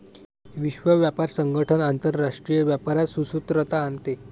विश्व व्यापार संगठन आंतरराष्ट्रीय व्यापारात सुसूत्रता आणते